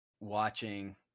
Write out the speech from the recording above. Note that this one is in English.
watching